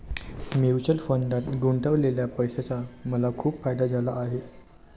mutual फंडात गुंतवलेल्या पैशाचा मला खूप फायदा झाला आहे